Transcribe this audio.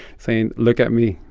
saying, look at me,